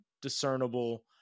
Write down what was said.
discernible